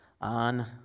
on